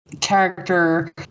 character